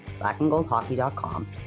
blackandgoldhockey.com